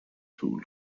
pool